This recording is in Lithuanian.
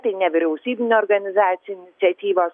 tai nevyriausybinių organizacijų iniciatyvos